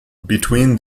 between